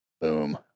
Boom